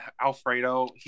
Alfredo